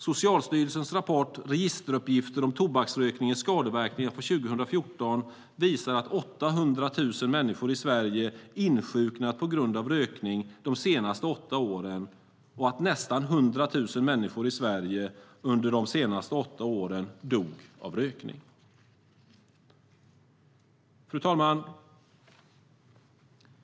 Socialstyrelsens rapport Registeruppgifter om tobaksrökningens skadeverkningar från 2014 visar att 800 000 människor i Sverige insjuknat på grund av rökning de senaste åtta åren och att nästan 100 000 människor i Sverige under de senaste åtta åren dog av rökning. Fru talman!